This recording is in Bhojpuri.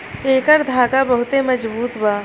एकर धागा बहुते मजबूत बा